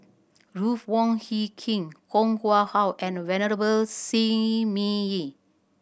Ruth Wong Hie King Koh Nguang How and Venerable Shi Ming Yi